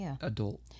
adult